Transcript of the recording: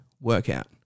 workout